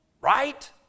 right